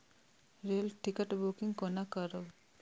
Rail ticket booking कोना करब?